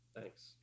thanks